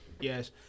yes